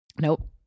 Nope